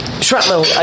Shrapnel